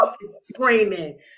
screaming